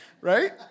right